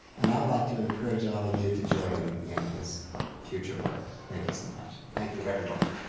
and i would like to encourage all of you to join um in his future work. thank you so much, thank you, reverend barber.